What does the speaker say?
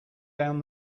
down